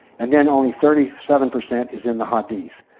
and then only thirty seven percent is in the hadith.